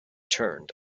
turned